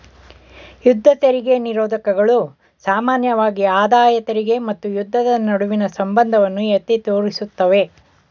ಯುದ್ಧ ತೆರಿಗೆ ನಿರೋಧಕಗಳು ಸಾಮಾನ್ಯವಾಗಿ ಆದಾಯ ತೆರಿಗೆ ಮತ್ತು ಯುದ್ಧದ ನಡುವಿನ ಸಂಬಂಧವನ್ನ ಎತ್ತಿ ತೋರಿಸುತ್ತವೆ